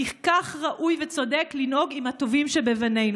כי כך ראוי וצודק לנהוג עם הטובים שבבנינו.